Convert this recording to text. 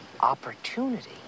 Opportunity